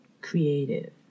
creative